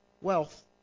wealth